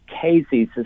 Cases